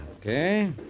Okay